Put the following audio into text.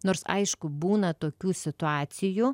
nors aišku būna tokių situacijų